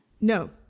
No